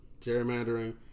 Gerrymandering